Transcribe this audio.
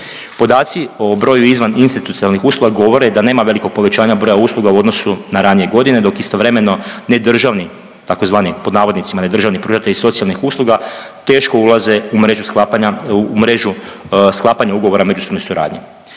Podaci o broju izvan institucionalnih usluga govore da nema velikog povećanja broja usluga u odnosu na ranije godine, dok istovremeno nedržavni tzv., pod navodnicima nedržavni pružatelji socijalnih usluga teško ulaze u mrežu sklapanja, u mrežu sklapanja